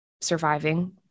surviving